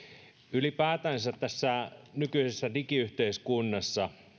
ylipäätänsä tässä nykyisessä digiyhteiskunnassa